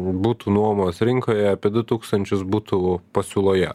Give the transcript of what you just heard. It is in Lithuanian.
butų nuomos rinkoje apie du tūkstančius butų pasiūloje